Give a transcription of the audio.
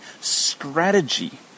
strategy